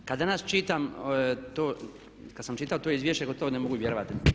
Kad danas čitam, kad sam čitao to izvješće gotovo ne mogu vjerovati.